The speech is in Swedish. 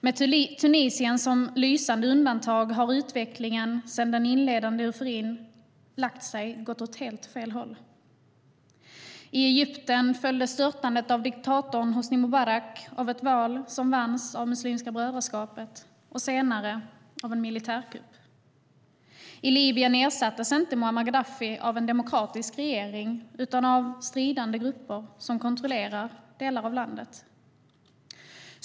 Med Tunisien som lysande undantag har utvecklingen, sedan den inledande euforin lagt sig, gått åt helt fel håll. I Egypten följdes störtandet av diktatorn Hosni Mubarak av ett val som vanns av Muslimska brödraskapet, och senare följde en militärkupp. I Libyen ersattes inte Muammar Gaddafi av en demokratisk regering utan av stridande grupper som kontrollerar delar av landet.